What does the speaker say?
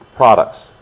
products